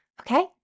Okay